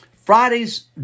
Friday's